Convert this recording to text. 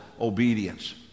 obedience